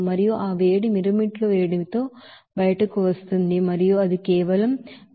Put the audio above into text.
మరియు హీట్ తో బయటకు వస్తుంది మరియు ఇది కేవలం E into Cp dT plus lambda